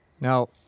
Now